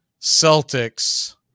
Celtics